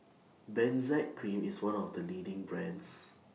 Benzac Cream IS one of The leading brands